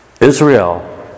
Israel